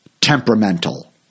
temperamental